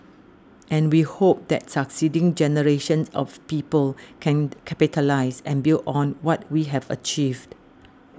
and we hope that succeeding generations of people can capitalise and build on what we have achieved